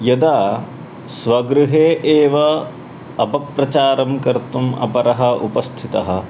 यदा स्वगृहे एव अपप्रचारं कर्तुम् अपरः उपस्थितः